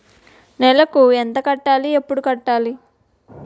నెలకు ఎంత కట్టాలి? ఎప్పుడు కట్టాలి?